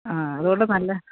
ആ അതുകൊണ്ട് നല്ല